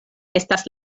estas